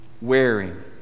wearing